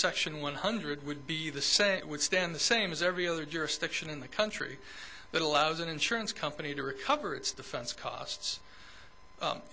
section one hundred would be the say it would stand the same as every other jurisdiction in the country that allows an insurance company to recover its defense costs